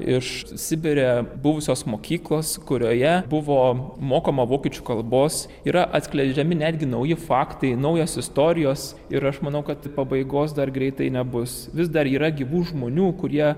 iš sibire buvusios mokyklos kurioje buvo mokoma vokiečių kalbos yra atskleidžiami netgi nauji faktai naujos istorijos ir aš manau kad pabaigos dar greitai nebus vis dar yra gyvų žmonių kurie